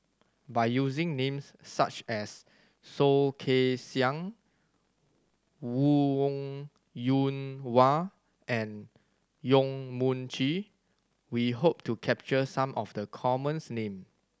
by using names such as Soh Kay Siang Wong Yoon Wah and Yong Mun Chee we hope to capture some of the commons name